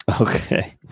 Okay